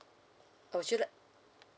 uh would you like